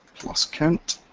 plus count.